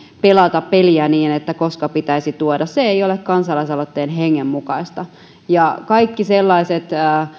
pelata peliä niin että koska pitäisi tuoda se ei ole kansalaisaloitteen hengen mukaista kaikki sellaiset